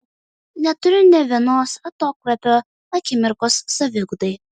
neturiu ne vienos atokvėpio akimirkos saviugdai